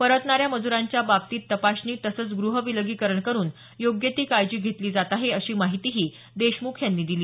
परतणाऱ्या मज्रांच्या बाबतीत तपासणी तसंच गृह विलगीकरण करून योग्य ती काळजी घेतली जात आहे अशी माहितीही देशमुख यांनी दिली